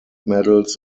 medals